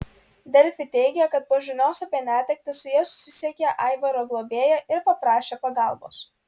delfi teigė kad po žinios apie netektį su ja susisiekė aivaro globėja ir paprašė pagalbos